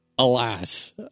Alas